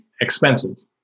expenses